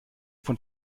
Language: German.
von